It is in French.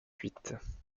suite